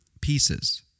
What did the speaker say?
pieces